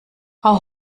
frau